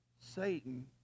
Satan